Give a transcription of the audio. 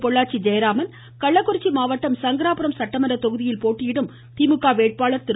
பொள்ளாச்சி ஜெயராமன் கள்ளக்குறிச்சி மாவட்டம் சங்கராபுரம் சட்டமன்ற தொகுதியில் போட்டியிடும் திமுக வேட்பாளர் திரு